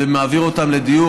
ומעבירה אותן לדיור.